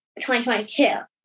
2022